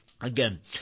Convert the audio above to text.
Again